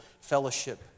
fellowship